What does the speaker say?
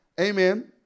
Amen